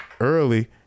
early